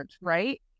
right